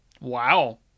wow